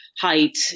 height